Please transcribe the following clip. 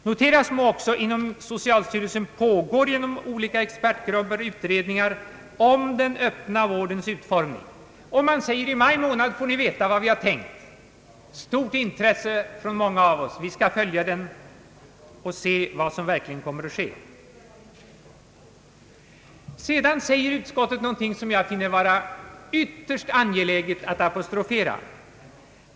Noteras bör också att inom socialstyrelsen pågår genom olika expertgrupper utredningar om den öppna vårdens utformning, och styrelsen säger: I maj månad får ni veta vad vi har tänkt! Vi skall med stort intresse följa ärendet och se vad som verkligen kommer att ske. | Vidare säger utskottet någonting som jag finner ytterst angeläget att apostrofera.